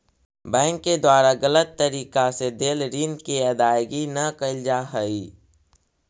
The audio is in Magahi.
बैंक के द्वारा गलत तरीका से देल ऋण के अदायगी न कैल जा हइ